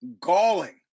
Galling